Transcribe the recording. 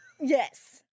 Yes